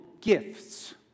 gifts